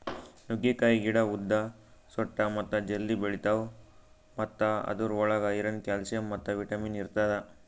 ನುಗ್ಗೆಕಾಯಿ ಗಿಡ ಉದ್ದ, ಸೊಟ್ಟ ಮತ್ತ ಜಲ್ದಿ ಬೆಳಿತಾವ್ ಮತ್ತ ಅದುರ್ ಒಳಗ್ ಐರನ್, ಕ್ಯಾಲ್ಸಿಯಂ ಮತ್ತ ವಿಟ್ಯಮಿನ್ ಇರ್ತದ